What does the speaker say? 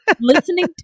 listening